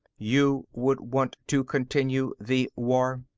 you would want to continue the war.